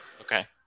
Okay